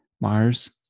Mars